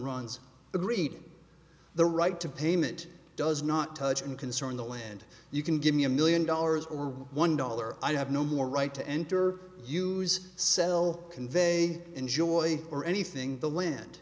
the greed the right to payment does not touch and concern the land you can give me a million dollars or one dollar i have no more right to enter use sell convey enjoy or anything the land